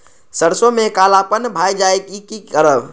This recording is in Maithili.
सरसों में कालापन भाय जाय इ कि करब?